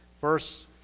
verse